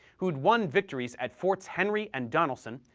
who'd won victories at forts henry and donelson,